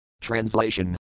Translation